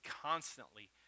constantly